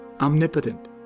omnipotent